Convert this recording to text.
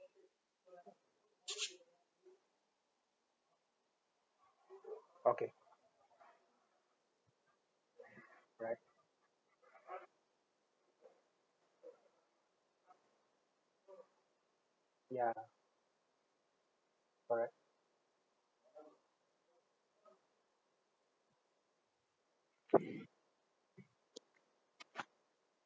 okay right ya correct